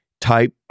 type